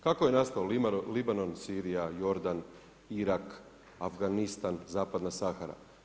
Kako je nastao Libanon, Sirija, Jordan, Irak, Afganistan, Zapadna Sahara?